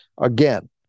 Again